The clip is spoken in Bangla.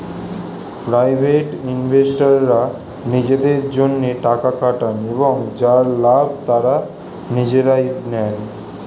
প্রাইভেট ইনভেস্টররা নিজেদের জন্যে টাকা খাটান এবং যার লাভ তারা নিজেরাই নেন